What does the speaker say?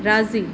राज़ी